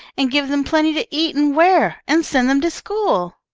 and give them plenty to eat and wear, and send them to school.